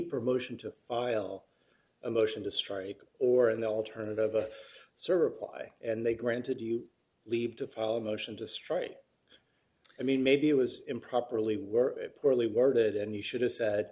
leaper motion to file a motion to strike or in the alternative of a server apply and they granted you leave to follow a motion to strike i mean maybe it was improperly were poorly worded and you should have said